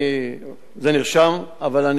זה נרשם, אבל אני חייב להתייחס.